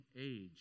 age